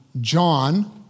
John